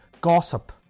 Gossip